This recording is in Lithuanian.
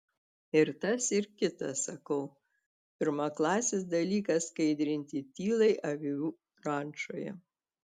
ir tas ir kitas sakau pirmaklasis dalykas skaidrinti tylai avių rančoje